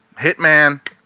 Hitman